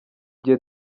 gihe